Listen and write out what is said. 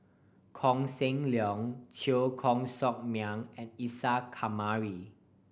Koh Seng Leong Teo Koh Sock Miang and Isa Kamari